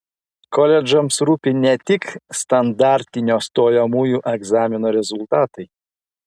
koledžams rūpi ne tik standartinio stojamųjų egzamino rezultatai